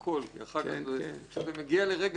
כי כשזה מגיע לרגע האמת,